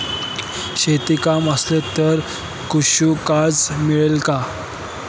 शेती कमी असेल तर कृषी कर्ज मिळेल का?